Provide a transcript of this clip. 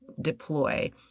deploy